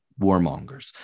warmongers